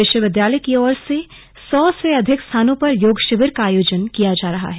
विश्वविद्यालय की ओर से सौ से अधिक स्थानों पर योग शिविर आयोजित किये जा रहे हैं